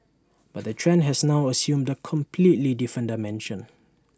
but the trend has now assumed A completely different dimension